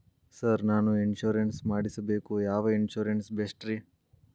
Sir ನಾನು insurance ಮಾಡಿಸಬೇಕು ಯಾವ ಇನ್ಶೂರೆನ್ಸ್ ಬೆಸ್ಟ್ರಿ?